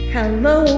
Hello